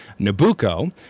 Nabucco